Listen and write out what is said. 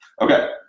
Okay